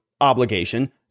obligation